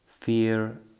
fear